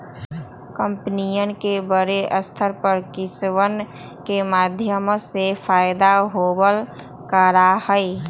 कम्पनियन के बडे स्तर पर किस्तवन के माध्यम से फयदा होवल करा हई